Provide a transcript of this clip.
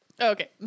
Okay